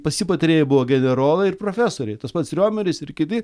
pas jį patarėjai buvo generolai ir profesoriai tas pats riomeris ir kiti